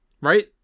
Right